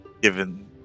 given